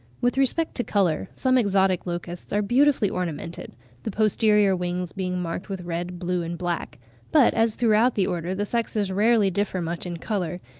with respect to colour, some exotic locusts are beautifully ornamented the posterior wings being marked with red, blue, and black but as throughout the order the sexes rarely differ much in colour,